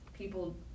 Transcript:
people